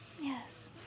Yes